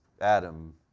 Adam